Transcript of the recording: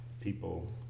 people